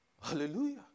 Hallelujah